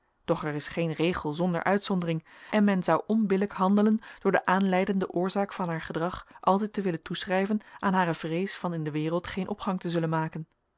doch er is geen regel zonder uitzondering en men zou onbillijk handelen door de aanleidende oorzaak van haar gedrag altijd te willen toeschrijven aan hare vrees van in de wereld geen opgang te zullen maken